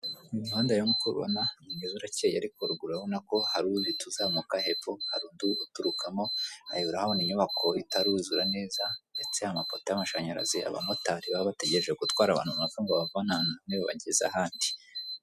Uyu nuhanda nkuko ubibona ni mwiza urakeye ariko ruguru hari uhita uzamuka hepfo hari uturukamo urahabona inyubako itaruzura neza ndetse hari amapoto y'amashanyarazi abamotari baba bategereje gutwara abantu ngo babavane ahantu hamwe babageze ahandi.